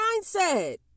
mindset